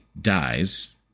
dies